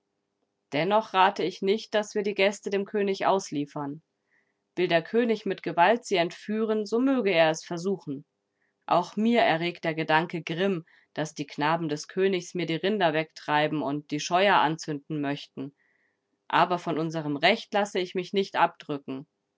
dennoch rate ich nicht daß wir die gäste dem könig ausliefern will der könig mit gewalt sie entführen so möge er es versuchen auch mir erregt der gedanke grimm daß die knaben des königs mir die rinder wegtreiben und die scheuer anzünden möchten aber von unserem recht lasse ich mich nicht abdrücken